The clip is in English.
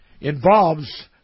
involves